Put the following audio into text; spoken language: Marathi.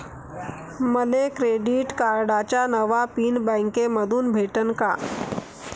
मले क्रेडिट कार्डाचा नवा पिन बँकेमंधून भेटन का?